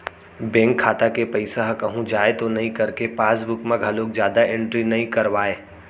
bank खाता के पइसा ह कहूँ जाए तो नइ करके पासबूक म घलोक जादा एंटरी नइ करवाय